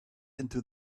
into